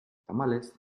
tamalez